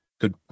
Good